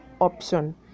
option